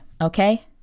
okay